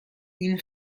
این